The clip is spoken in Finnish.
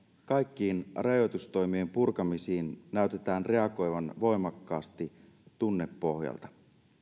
kaikkiin rajoitustoimien purkamisiin näytetään reagoivan voimakkaasti tunnepohjalta